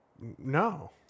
no